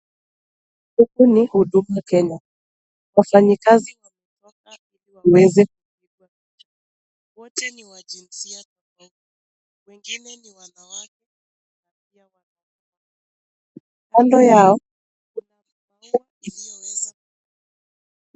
huku ni uduma kenya wafanyi kazi waweze wote ni wajinsia wengine ni wanawake kando yao